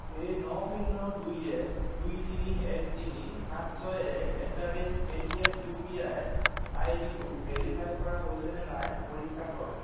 এই ন শূন্য দুই এক দুই তিনি এক তিনি সাত ছয় এক at the rate Paytm U P I আইডিটো ভেৰিফাই কৰা হৈছেনে নাই পৰীক্ষা কৰক